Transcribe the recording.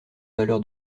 valeur